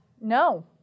No